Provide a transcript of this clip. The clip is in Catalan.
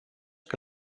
que